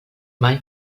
mai